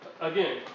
again